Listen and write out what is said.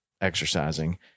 exercising